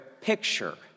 picture